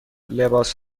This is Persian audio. لباس